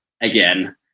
again